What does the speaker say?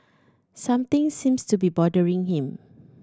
something seems to be bothering him